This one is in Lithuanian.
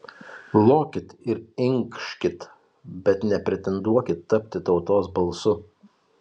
lokit ir inkškit bet nepretenduokit tapti tautos balsu